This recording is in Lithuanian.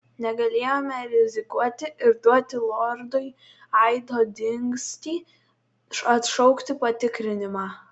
negalėjome rizikuoti ir duoti lordui aido dingstį atšaukti patikrinimą